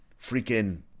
freaking